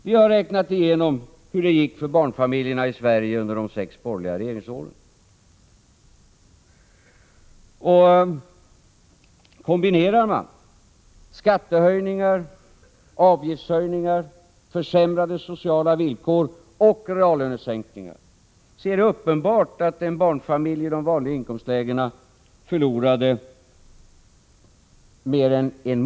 Vi har räknat igenom hur det gick för barnfamiljerna i Sverige under de sex borgerliga regeringsåren. Kombinerar man skattehöjningar, avgiftshöjningar, försämrade sociala villkor och reallönesänkningar förlorade en barnfamilj i de vanliga inkomstlägena mer än en månadslön per år under de åren.